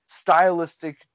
stylistic